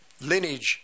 lineage